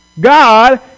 God